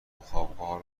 وخوابگاه